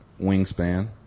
wingspan